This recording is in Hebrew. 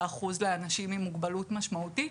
אחוזים לאנשים עם מוגבלות משמעותית.